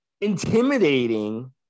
intimidating